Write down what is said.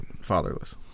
Fatherless